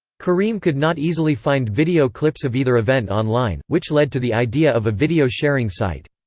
karim could not easily find video clips of either event online, which led to the idea of a video sharing site.